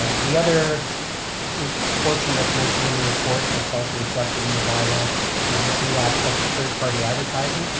the other portion that's mentioned in the report that's also reflected in the by-law is this new aspect of third-party advertising.